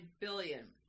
billion